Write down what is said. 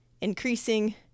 increasing